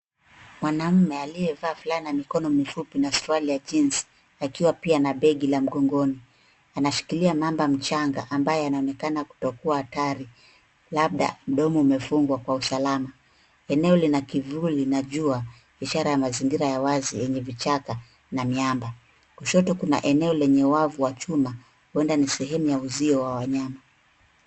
Mwanaume aliyevaa fulana ya mikono mifupi na suruari ya jinsi akiwa pia na begi mgongoni. Anashikilia mamba mchanga ambaye anaonekana kutokuwa hatari, labda mdomo umefungwa kwa usalama. Eneo lina kivuli na jua, ishara ya mazingira ya wazi yenye vichaka na miamba. Kushoto kuna eneo lenye wavu wa chuma, huenda ni sehemu ya uzio wa wanyama.